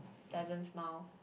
doesn't smile